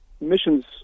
Mission's